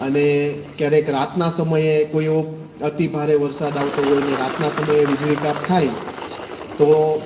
અને ક્યારેક રાતના સમયે કોઈ એવો અતિભારે વરસાદ આવતો હોય ને રાતના સમયે વીજળી કાપ થાય તો